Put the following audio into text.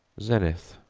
zenith,